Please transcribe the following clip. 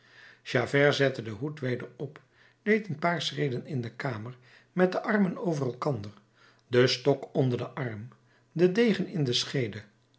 zette den hoed weder op deed een paar schreden in de kamer met de armen over elkander den stok onder den arm den degen in de scheede